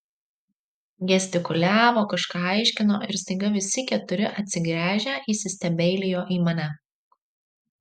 gestikuliavo kažką aiškino ir staiga visi keturi atsigręžę įsistebeilijo į mane